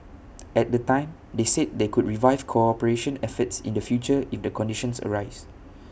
at the time they said they could revive cooperation efforts in the future if the conditions arise